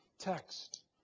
text